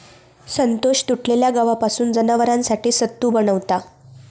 संतोष तुटलेल्या गव्हापासून जनावरांसाठी सत्तू बनवता